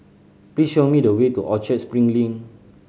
please show me the way to Orchard Spring Lane